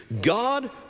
God